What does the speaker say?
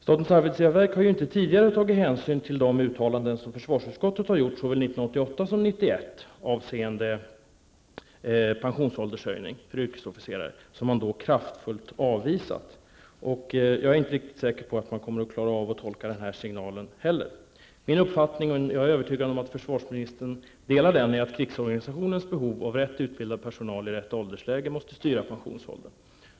Statens arbetsgivarverk har inte tidigare tagit hänsyn till de uttalanden som försvarsutskottet har gjort såväl år 1988 som år 1991 avseende en pensionsåldershöjning för yrkesofficerare, som man då kraftfullt avvisade. Jag är inte riktigt säker på att man kommer att klara av att tolka den här signalen heller. Det är min uppfattning -- jag är övertygad om att försvarsministern delar den -- att krigsorganisationens behov av rätt utbildad personal i rätt åldersläge måste styra pensionsåldern.